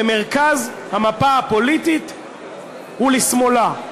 במרכז המפה הפוליטית ולשמאלה,